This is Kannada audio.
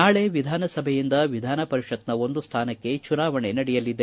ನಾಳೆ ವಿಧಾನಸಭೆಯಿಂದ ವಿಧಾನ ಪರಿಷತ್ನ ಒಂದು ಸ್ನಾನಕ್ಕೆ ಚುನಾವಣೆ ನಡೆಯಲಿದೆ